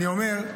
אני אומר,